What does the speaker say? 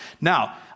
Now